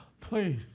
please